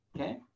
Okay